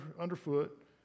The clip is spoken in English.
underfoot